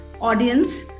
audience